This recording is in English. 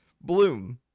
Bloom